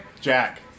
Jack